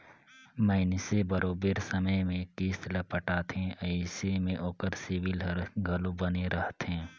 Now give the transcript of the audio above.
मइनसे बरोबेर समे में किस्त ल पटाथे अइसे में ओकर सिविल हर घलो बने रहथे